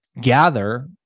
gather